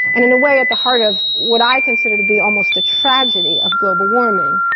and in a way at the heart of what i consider to be almost the tragedy of global warming,